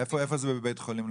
איפה זה בבית החולים,